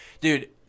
dude